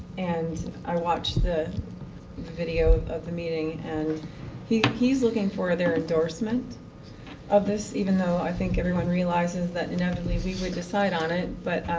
and i watched the video of the meeting and he's looking for their endorsement of this, even though i think everyone realizes that inevitably we would decide on it. but